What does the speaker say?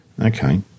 Okay